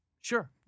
Sure